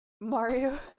Mario